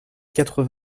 quatre